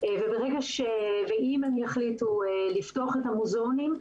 ואם הם יחליטו לפתוח את המוזיאונים,